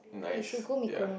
nice ya